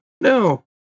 no